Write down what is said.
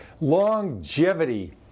longevity